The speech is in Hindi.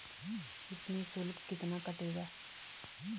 इसमें शुल्क कितना कटेगा?